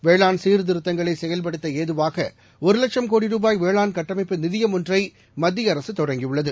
வேளாண் சீர்திருத்தங்களை செயல்படுத்த ஏதுவாக ஒரு வட்சம் கோடி ரூபாய் வேளாண் கட்டமைப்பு நிதியம் ஒன்றை மத்திய அரசு தொடங்கியுள்ளது